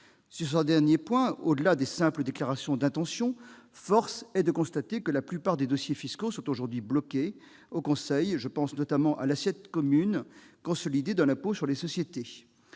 Sur ce dernier point, au-delà des simples déclarations d'intention, force est de constater que la plupart des dossiers fiscaux sont bloqués au Conseil. Je pense notamment à l'assiette commune consolidée de l'impôt sur les sociétés.